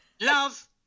Love